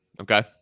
Okay